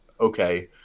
okay